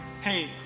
Hey